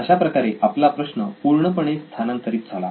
अशाप्रकारे आपला प्रश्न पूर्णपणे स्थानांतरित झाला